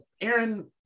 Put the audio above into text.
Aaron